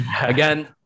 again